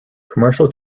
commercial